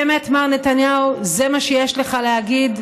באמת מר נתניהו, זה מה שיש לך להגיד?